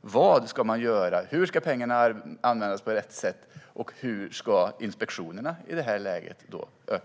Vad ska man göra, hur ska pengarna användas på rätt sätt, och hur ska inspektionerna öka?